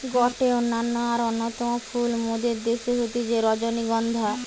গটে অনন্য আর অন্যতম ফুল মোদের দ্যাশে হতিছে রজনীগন্ধা